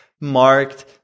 marked